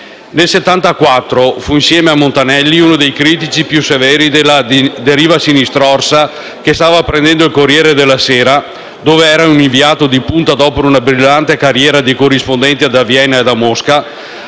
Nel 1974 fu, insieme con Montanelli, uno dei critici più severi della deriva sinistrorsa che stava prendendo il «Corriere della Sera» (dove era un inviato di punta dopo una brillante carriera di corrispondente da Vienna e da Mosca),